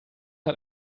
hat